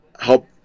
help